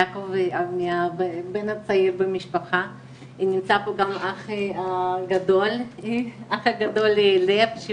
יעקב הבן הצעיר במשפחה נמצא פה גם אח הגדול לב שהוא